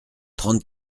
trente